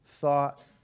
thought